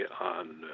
on